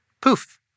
Poof